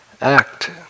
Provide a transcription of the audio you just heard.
act